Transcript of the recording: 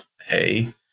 Hey